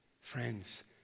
Friends